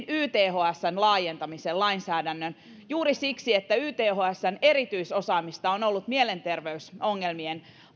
ythsn laajentamisen lainsäädännön juuri siksi että ythsn erityisosaamista on ollut mielenterveysongelmiin